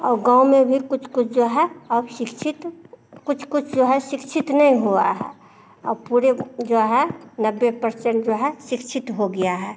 और गाँव में भी कुछ कुछ जो है औ शिक्षित कुछ कुछ जो है शिक्षित नहीं हुआ है औ पूरे जो है नब्बे परसेंट जो है शिक्षित हो गया है